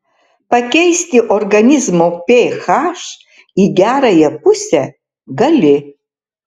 pakeisti organizmo ph į gerąją pusę gali